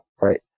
right